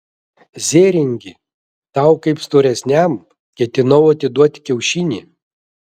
zėringi tau kaip storesniam ketinau atiduoti kiaušinį